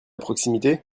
proximité